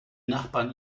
nachbarn